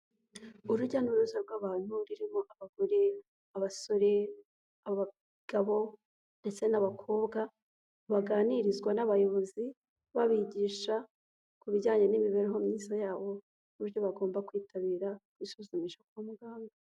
Urujya n'uruza rw'abantu, rurimo abagore, abasore, abagabo, ndetse n'abakobwa, baganirizwa n'abayobozi, babigisha ku bijyanye n'imibereho myiza yabo, uburyo bagomba kwitabira kwisuzumisha kwa muganga.